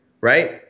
Right